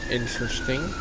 interesting